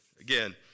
again